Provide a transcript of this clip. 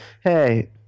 hey